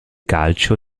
calcio